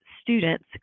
students